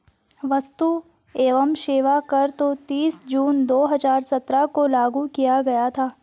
वस्तु एवं सेवा कर को तीस जून दो हजार सत्रह को लागू किया गया था